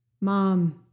Mom